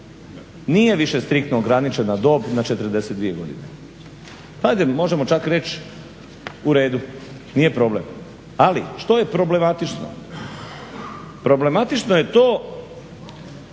nije više striktno ograničena dob na 42 godine. Ajde možemo čak reći u redu, nije problem. Ali, što je problematično? Problematično je to